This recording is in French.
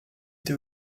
été